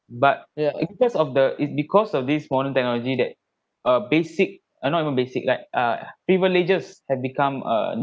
but it's because of the it's because of this modern technology that uh basic uh not even basic like ah privileges had become a need